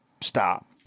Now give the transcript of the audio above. stop